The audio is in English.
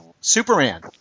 Superman